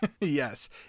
Yes